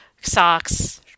socks